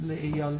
לאייל.